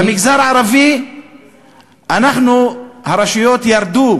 במגזר הערבי הרשויות ירדו